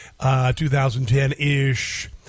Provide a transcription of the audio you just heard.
2010-ish